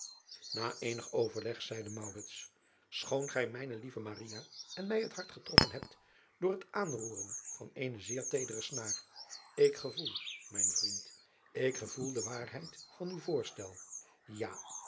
a eenig overleg zeide choon gij mijne lieve en mij het hart getroffen hebt door het aanroeren van eene zeer teedere snaar ik gevoel mijn vriend ik gevoel de waarheid van uw voorstel ja